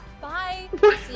Bye